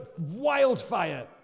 wildfire